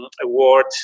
award